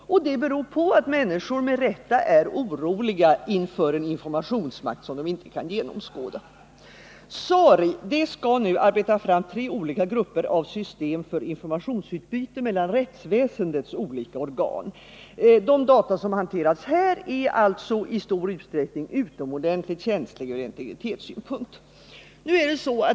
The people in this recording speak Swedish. Och det beror på att människor med rätta är oroliga inför en informationsmakt som de inte kan genomskåda. SARI skall nu arbeta fram tre olika grupper av system för informationsutbyte mellan rättsväsendets olika organ. De data som hanteras här är alltså i stor utsträckning utomordentligt känsliga från integritetssynpunkt.